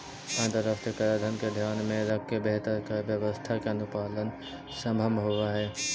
अंतरराष्ट्रीय कराधान के ध्यान में रखके बेहतर कर व्यवस्था के अनुपालन संभव होवऽ हई